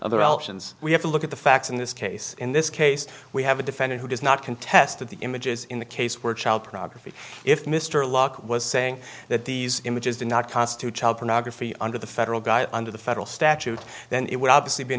allegations we have to look at the facts in this case in this case we have a defendant who does not contest that the images in the case were child pornography if mr locke was saying that these images do not constitute child pornography under the federal guy under the federal statute then it would obviously be an